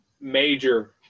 major